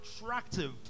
attractive